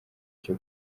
cyo